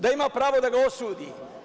Da ima pravo da ga osudi.